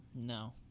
No